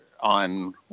on